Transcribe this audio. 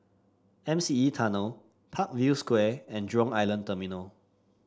M C E Tunnel Parkview Square and Jurong Island Terminal